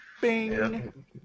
Bing